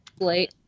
late